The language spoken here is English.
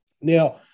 Now